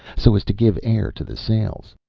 so as to give air to the sails.